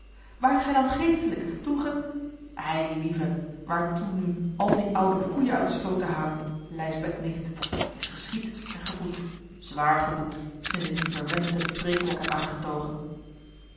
waart gij dan geestelijk toen ge ei lieve waartoe nu al die oude koeien uit de sloot te halen lijsbeth nicht t is geschied en geboet zwaar geboet sinds ik dien verwenschten preêkrok heb aangetogen